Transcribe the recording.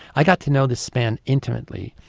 i got to know this man intimately.